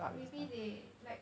maybe they like